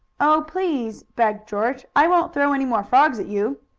oh, please! begged george. i won't throw any more frogs at you.